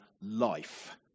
life